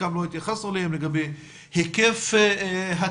חלקן לא התייחסנו אליהן, לגבי היקף הטיפול,